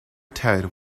ted